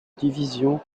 division